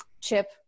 Chip